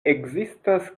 ekzistas